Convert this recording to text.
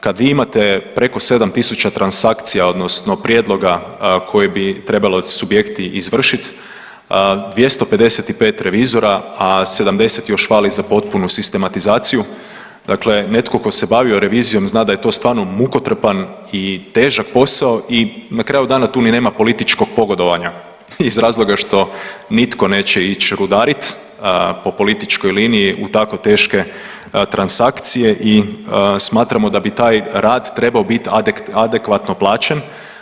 Kad vi imate preko 7.000 transakcija odnosno prijedloga koje bi trebali subjekti izvršiti, 255 revizora, a 70 još fali za potpunu sistematizaciju, dakle netko tko se bavio revizijom zna da je to stvarno mukotrpan i težak posao i na kraju dana tu ni nema političkog pogodovanja iz razloga što nitko neće ići rudarit u političkoj liniji u tako teške transakcije i smatramo da bi taj rad trebao biti adekvatno plaćen.